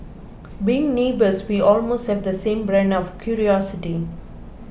being neighbours we almost have the same brand of curiosity